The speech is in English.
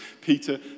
Peter